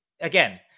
again